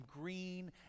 green